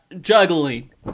juggling